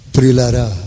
Prilara